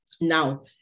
Now